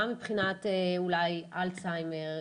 גם מבחינת אולי אלצהיימר,